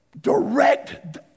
Direct